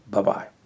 Bye-bye